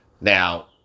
Now